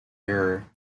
year